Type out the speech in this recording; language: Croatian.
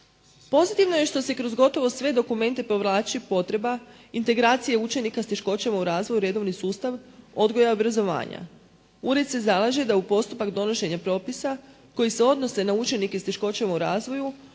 Pozitivno je što se kroz gotovo sve dokumente povlači potreba integracije učenika s teškoćama u razvoju u redovni sustav odgoja i obrazovanja. Ured se zalaže da u postupak donošenja propisa koji se odnose na učenike s teškoćama u razvoju